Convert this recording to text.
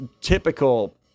typical